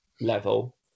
level